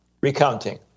recounting